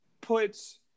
puts